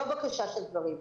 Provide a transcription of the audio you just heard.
לא הבקשה של דברים.